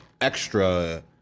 extra